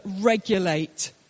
regulate